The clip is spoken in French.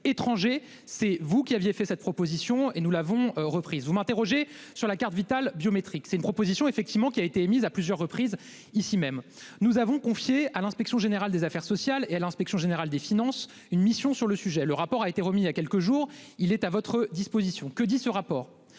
C'est vous qui aviez fait cette proposition et nous l'avons reprise vous m'interrogez sur la carte Vitale biométrique. C'est une proposition effectivement qui a été émise à plusieurs reprises ici même nous avons confiée à l'Inspection générale des affaires sociales et l'Inspection générale des finances, une mission sur le sujet, le rapport a été remis à quelques jours, il est à votre disposition, que dit ce rapport.